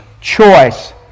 choice